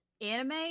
anime